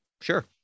Sure